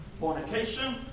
fornication